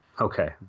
Okay